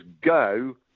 go